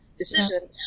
decision